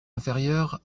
inférieure